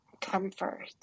comfort